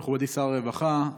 מכובדי שר הרווחה,